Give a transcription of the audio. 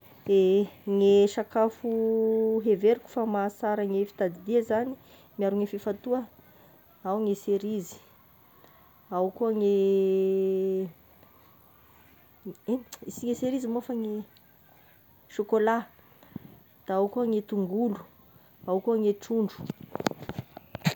Ehe! ny sakafo heveriko fa mahasara ny fitadidia zany miaro ny fifantoha, ao ny serizy, ao koa ny ino sy ny serizy moa fa gny chocolat, da ao koa ny tongolo, da ao koa ny trondro.